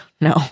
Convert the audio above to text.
No